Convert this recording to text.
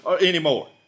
anymore